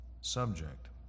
subject